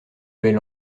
bel